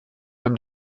beim